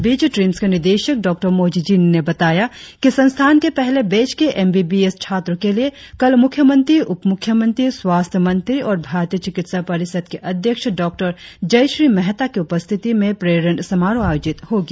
इस बीच ट्रीम्स के निदेशक डॉ मोजी जीनी ने बताया कि संस्थान के पहले बैच के एम बी बी एस छात्रों के लिए कल मुख्य मंत्री उप मुख्यमंत्री स्वास्थ्य मंत्री और भारतीय चिकित्सा परिषद के अध्यक्ष डॉ जयश्री मेहता की उपस्थिति में प्रेरण समारोह आयोजित होगी